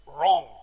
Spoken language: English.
wrong